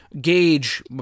gauge